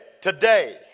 today